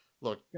look